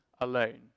Alone